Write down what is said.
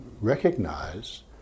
recognize